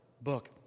book